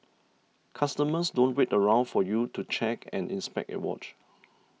customers don't wait around for you to check and inspect a watch